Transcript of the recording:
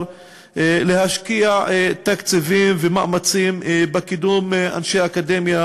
להשקיע תקציבים ומאמצים בקידום אנשי אקדמיה